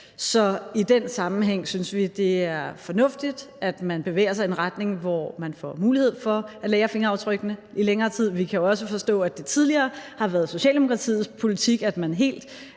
så i den sammenhæng synes vi det er fornuftigt, at man bevæger sig i en retning, hvor man får mulighed for at lagre fingeraftrykkene i længere tid. Vi kan jo også forstå, at det tidligere har været Socialdemokratiets politik, at man helt